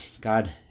God